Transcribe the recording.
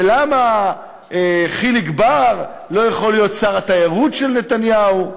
ולמה חיליק בר לא יכול להיות שר התיירות של נתניהו?